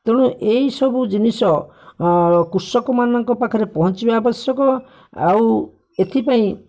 ତେଣୁ ଏଇସବୁ ଜିନିଷ କୃଷକମାନଙ୍କ ପାଖରେ ପହଞ୍ଚିବା ଆବଶ୍ୟକ ଆଉ ଏଥିପାଇଁ